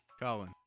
Colin